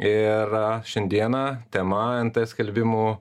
ir šiandieną tema nt skelbimų